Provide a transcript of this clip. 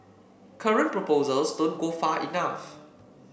current proposals don't go far enough